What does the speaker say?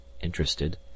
Interested